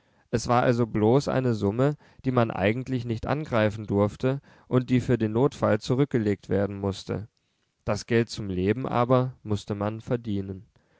es war also bloß eine summe die man eigentlich nicht angreifen durfte und die für den notfall zurückgelegt werden mußte das geld zum leben aber mußte man verdienen